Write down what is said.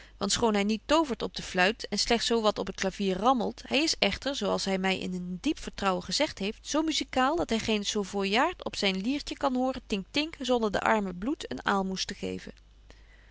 want schoon hy niet tovert op de fluit en slegts zo wat op het clavier rammelt hy is echter zo als hy my in een diep vertrouwen gezegt heeft zo musikaal dat hy geen savooijart op zyn liertje betje wolff en aagje deken historie van mejuffrouw sara burgerhart kan horen tinktinken zonder den armen bloed een aalmoes te geven